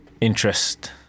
interest